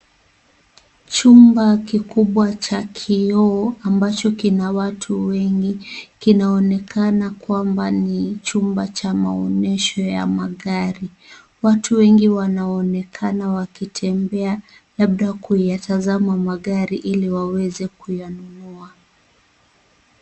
Chumba kikubwa cha kioo ambacho kina watu wengi kinaonekana kwamba ni chumba cha maonyesho ya magari watu wengi wanaonekana wakitembea labda kuyatazama magari ili waweze kuyanunua.